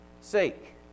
sake